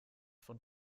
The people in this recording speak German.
von